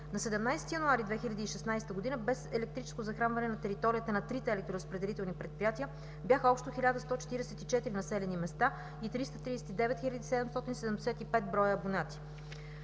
На 17 януари 2016 г. без електрическо захранване на територията на трите електроразпределителни предприятия бяха общо 1144 населени места и 339 хил. 775 броя абонати.